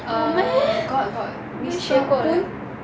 有 meh 没有学过 leh